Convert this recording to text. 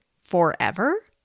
forever